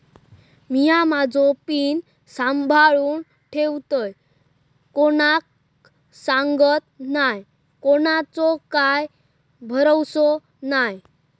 मिया माझो पिन सांभाळुन ठेवतय कोणाक सांगत नाय कोणाचो काय भरवसो नाय